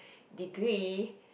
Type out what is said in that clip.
degree